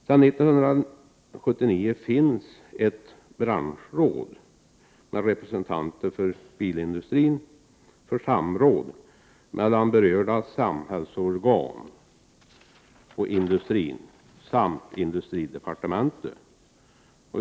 Sedan 1979 finns ett branschråd med representanter för bilindustrin för samråd mellan berörda samhällsorgan och industrin samt industridepartementet.